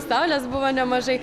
saulės buvo nemažai